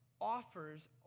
offers